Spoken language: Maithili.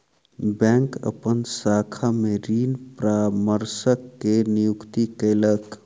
बैंक अपन शाखा में ऋण परामर्शक के नियुक्ति कयलक